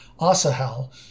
Asahel